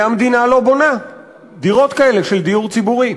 והמדינה לא בונה דירות כאלה של דיור ציבורי.